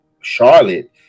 Charlotte